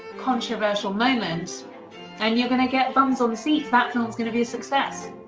controversial moment and you're going to get bums on seats. that film's going to be a success.